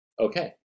okay